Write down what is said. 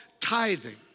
tithing